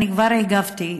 אני כבר הגבתי,